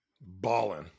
balling